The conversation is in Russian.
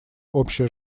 общее